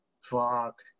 fuck